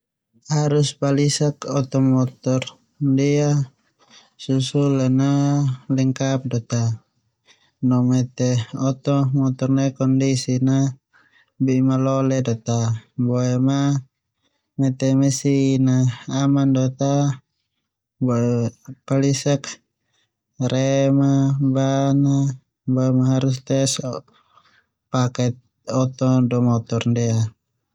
Harus palisak oto motor ndia susulan na lengkap do ta, no mete oto motor na kondisi na bi malole oto motoe ndia, boema mete mesin aman do ta, boema palisak rem, ban no harus tes paket oto do motor ndia.